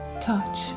touch